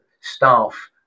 staff